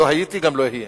לא הייתי וגם לא אהיה.